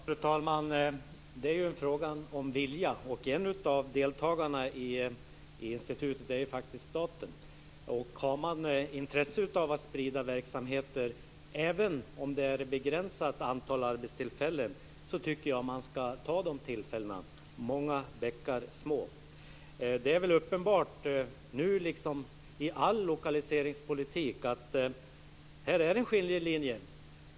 Fru talman! Det är en fråga om vilja. En av deltagarna i institutet är faktiskt staten. Har man intresse av att sprida verksamheter, även om det ger ett begränsat antal arbetstillfällen, tycker jag att man ska ta dessa tillfällen - många bäckar små. Det är väl uppenbart att det här som i all lokaliseringspolitik är en skiljelinje.